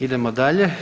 Idemo dalje.